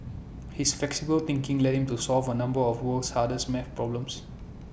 his flexible thinking led him to solve A number of the world's hardest math problems